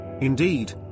Indeed